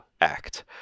act